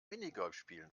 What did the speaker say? minigolfspielen